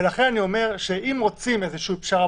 ולכן אני אומר שאם אתם רוצים איזושהי פשרה,